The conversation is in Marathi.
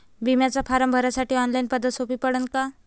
बिम्याचा फारम भरासाठी ऑनलाईन पद्धत सोपी पडन का?